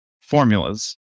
formulas